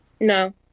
No